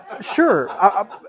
sure